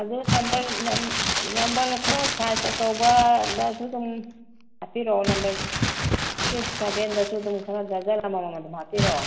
ꯑꯗꯨ number number ꯈꯔ size ꯑꯆꯧꯕꯗꯁꯨ ꯑꯗꯨꯝ ꯍꯥꯞꯄꯤꯔꯛꯑꯣ ꯅꯝꯕꯔ ꯁꯤꯛꯁ ꯁꯕꯦꯟꯗꯁꯨ ꯑꯗꯨꯝ ꯈꯔ ꯗꯔꯖꯟ ꯑꯃꯃꯝ ꯑꯗꯨꯝ ꯍꯥꯞꯄꯤꯔꯛꯑꯣ